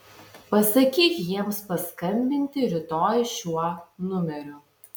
pasakyk jiems paskambinti rytoj šiuo numeriu